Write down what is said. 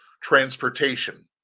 transportation